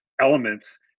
elements